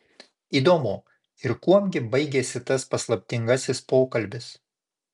įdomu ir kuom gi baigėsi tas paslaptingasis pokalbis